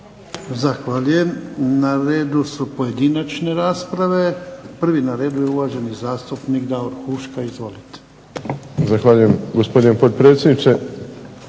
Zahvaljujem. Na redu su pojedinačne rasprave. Prvi na redu je uvaženi zastupnik Davor Huška. Izvolite. **Huška, Davor (HDZ)** Zahvaljujem gospodine potpredsjedniče,